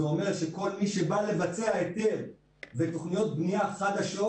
זה אומר שכל מי שבא לבצע היתר ותוכניות בנייה חדשות,